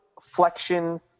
flexion